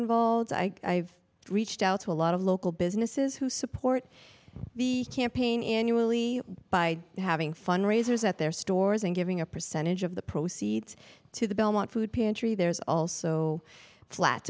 involved so i reached out to a lot of local businesses who support the campaign and you really by having fundraisers at their stores and giving a percentage of the proceeds to the belmont food pantry there's also